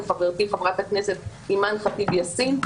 וחברתי חברת הכנסת אימאן ח'טיב יאסין,